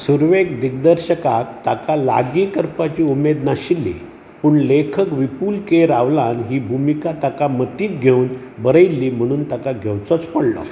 सुरवेक दिग्दर्शकाक ताका लागीं करपाची उमेद नाशिल्ली पूण लेखक विपुल के रावलान ही भुमिका ताका मतींत घेवन बरयल्ली म्हणून ताका घेवचोच पडलो